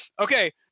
okay